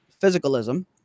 physicalism